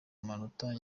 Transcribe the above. amatora